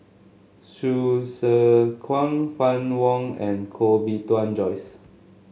Hsu Tse Kwang Fann Wong and Koh Bee Tuan Joyce